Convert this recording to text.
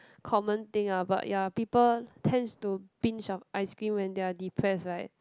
common thing ah but ya people tends to binge of ice cream when they are depressed right